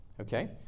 Okay